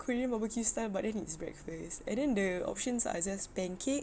korean barbecue style but then it's breakfast but then the options are just pancake